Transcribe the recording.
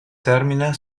termina